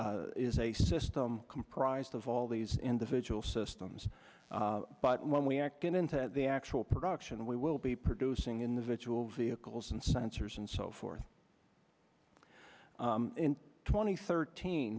is a system comprised of all these individual systems but when we act and into the actual production we will be producing in the virtual vehicles and sensors and so forth in twenty thirteen